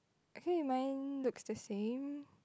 okay mine looks the same